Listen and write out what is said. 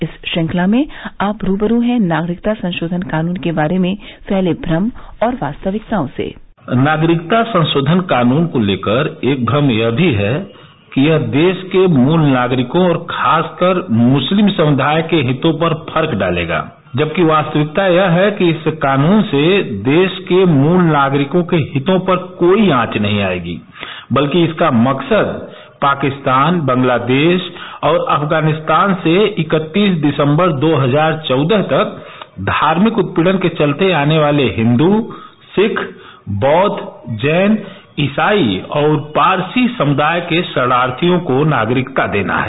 इस श्रृंखला में आप रूबरू हैं नागरिकता संशोधन कानून के बारे में फैले भ्रम और वास्तविकताओं से नागरिकता संशोधन कानून को लेकर एक श्रम यह भी है कि यह देश के मूल नागरिकों और खासकर मुस्लिम समुदाय के हितों पर फर्क डालेगा जबकि वास्तविकता यह हैं कि इस कानून से देश के मूल नागरिकों के हितों पर कोई आंच नहीं आएगी बल्कि इसका मकसद पाकिस्तान बांग्लादेश और अफगानिस्तान से इकतीस दिसम्बर दो हजार बौदह तक धार्मिक उत्पीड़न के चलते आने वाले हिन्दू सिख बौद्ध जैन ईसाई और पारसी समुदाय के शरणार्थियों को नागरिकता देना है